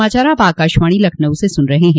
यह समाचार आप आकाशवाणी लखनऊ से सुन रहे हैं